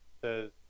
says